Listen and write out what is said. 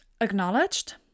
acknowledged